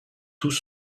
tous